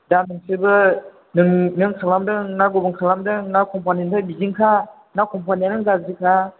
दा नोंसोरबो नों नों खालामदोंना गुबुन खालामदों ना कम्पानिफ्राय बिदिनोखा ना कम्पानिआनो गाज्रिखा